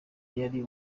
yari